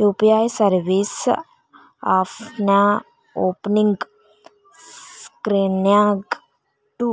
UPI service ಆಪ್ನ್ಯಾಓಪನಿಂಗ್ ಸ್ಕ್ರೇನ್ನ್ಯಾಗ to